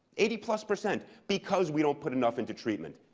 eighty plus percent, because we don't put enough into treatment.